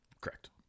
Correct